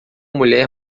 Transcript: mulher